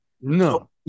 No